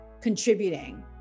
contributing